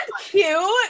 cute